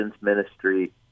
Ministry